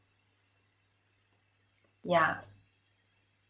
yeah